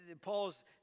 Paul's